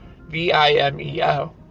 V-I-M-E-O